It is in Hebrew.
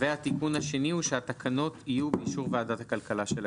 והתיקון השני הוא שהתקנות יהיו באישור ועדת הכלכלה של הכנסת.